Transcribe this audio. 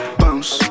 bounce